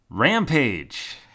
Rampage